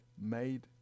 made